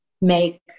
make